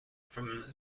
from